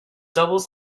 doubles